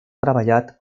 treballat